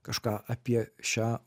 kažką apie šią